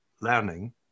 learning